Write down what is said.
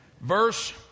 verse